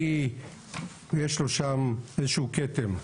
כי יש לו שם איזה שהוא כתם.